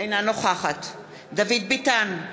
אינה נוכחת דוד ביטן,